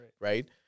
right